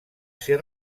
ser